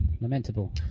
Lamentable